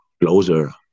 closer